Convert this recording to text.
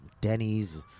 Denny's